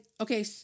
Okay